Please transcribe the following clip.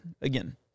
Again